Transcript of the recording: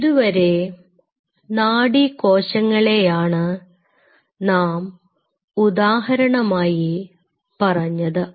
ഇതുവരെ നാഡീകോശങ്ങളെയാണ് നാം ഉദാഹരണമായി പറഞ്ഞത്